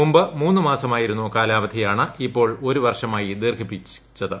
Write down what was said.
മുമ്പ് മൂന്നു മാസമായിരുന്ന കാലാവധിയാണ് ഇപ്പോൾ ഒരു വർഷമായി ദീർഘിപ്പിച്ചത്